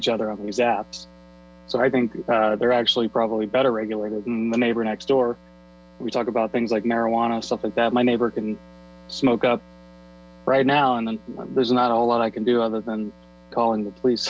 each other of these apps so i think they're actually probably better regulated with the neighbor next door we talk about things like marijuana stuff like that my neighbor can smoke right now and then there's not a whole lot i can do other than calling the police